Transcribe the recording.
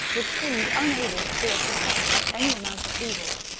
which seemed unable to feel surprise at any amount of evil,